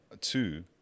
two